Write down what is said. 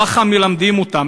ככה מלמדים אותם.